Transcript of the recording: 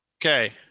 Okay